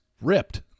ripped